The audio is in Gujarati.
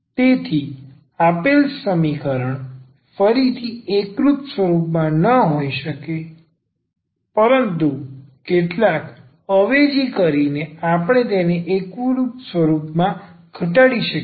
તેથી આપેલ સમીકરણ ફરીથી એકરૂપ સ્વરૂપ માં ન હોઈ શકે પરંતુ કેટલાક અવેજી કરીને આપણે તેને એકરૂપ સ્વરૂપમાં ઘટાડી શકીએ છીએ